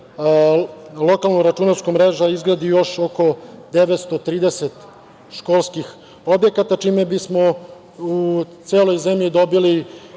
lokalna računarska mreža izgradi u još oko 930 školskih objekata, čime bismo u celoj zemlji dobili